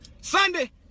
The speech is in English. Sunday